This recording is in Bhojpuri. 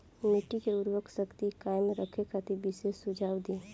मिट्टी के उर्वरा शक्ति कायम रखे खातिर विशेष सुझाव दी?